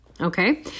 Okay